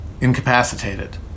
incapacitated